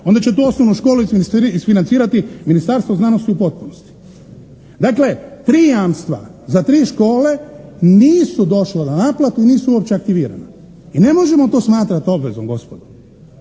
Onda će tu osnovnu školu isfinancirati Ministarstvo znanosti u potpunosti. Dakle, 3 jamstva za 3 škole nisu došla na naplatu i nisu uopće aktivirana. I ne možemo to smatrati obvezom, gospodo.